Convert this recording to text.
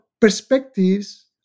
perspectives